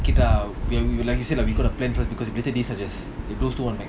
கேட்டா:keta we like you said lah we got to plan first because suggest if those two want macs